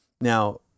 Now